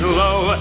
low